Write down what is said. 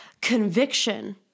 conviction